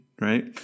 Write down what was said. right